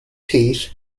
teeth